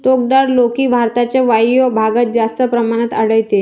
टोकदार लौकी भारताच्या वायव्य भागात जास्त प्रमाणात आढळते